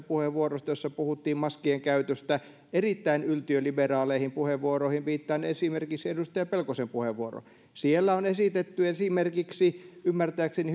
puheenvuorosta jossa puhuttiin maskien käytöstä erittäin yltiöliberaaleihin puheenvuoroihin viittaan esimerkiksi edustaja pelkosen puheenvuoroon siellä on esitetty esimerkiksi ymmärtääkseni